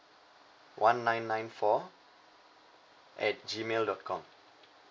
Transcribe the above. one nine nine four at G mail dot com